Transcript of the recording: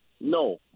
No